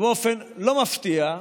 באופן לא מפתיע,